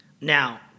Now